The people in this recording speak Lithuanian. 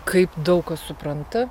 kaip daug kas supranta